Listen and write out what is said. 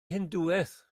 hindŵaeth